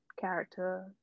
character